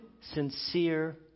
sincere